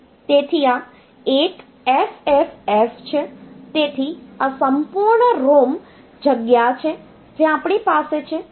તેથી આ સંપૂર્ણ ROM જગ્યા છે જે આપણી પાસે છે અને તેમાંથી આ ROM છે